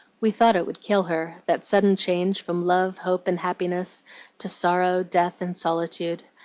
we thought it would kill her, that sudden change from love, hope, and happiness to sorrow, death, and solitude.